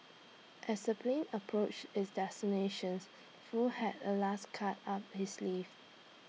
as the plane approached its destinations Foo had A last card up his sleeve